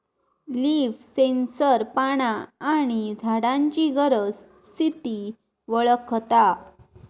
leaf sensor पाना आणि झाडांची गरज, स्थिती वळखता